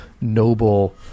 noble